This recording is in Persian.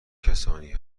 کسانی